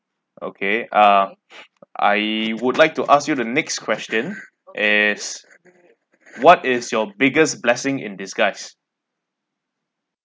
okay ah I would like to ask you the next question is what is your biggest blessing in disguise